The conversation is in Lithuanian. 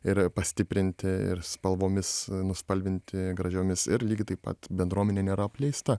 ir pastiprinti ir spalvomis nuspalvinti gražiomis ir lygiai taip pat bendruomenė nėra apleista